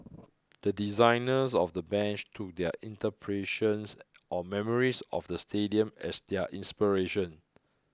the designers of the bench took their interpretations or memories of the stadium as their inspiration